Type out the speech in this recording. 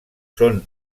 són